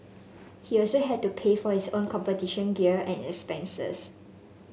he also had to pay for his own competition gear and expenses